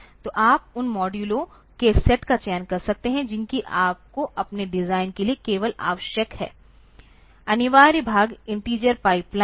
तो आप उन मॉड्यूलों के सेट का चयन कर सकते हैं जिनकी आपको अपने डिजाइन के लिए केवल आवश्यक हो अनिवार्य भाग इन्टिजर पाइपलाइन है